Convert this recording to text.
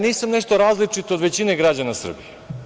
Nisam nešto različit od većine građana Srbije.